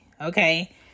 Okay